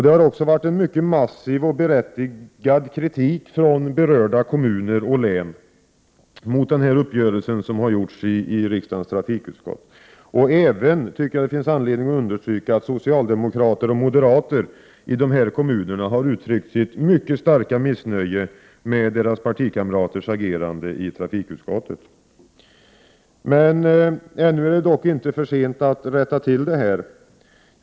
Det har också förekommit en mycket massiv, och berättigad kritik från berörda kommuner och län mot den uppgörelse som träffats i riksdagens trafikutskott. Jag tycker även att det finns anledning att understryka att socialdemokrater och moderater i dessa kommuner har uttryckt sitt mycket starka missnöje med sina partikamraters agerande i trafikutskottet. Ännu är det dock inte för sent att rätta till detta.